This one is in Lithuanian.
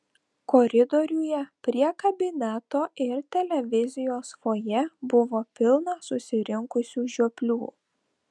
koridoriuje prie kabineto ir televizijos fojė buvo pilna susirinkusių žioplių